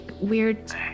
weird